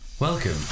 Welcome